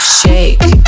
shake